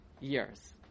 years